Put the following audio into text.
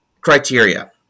criteria